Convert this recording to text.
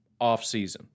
offseason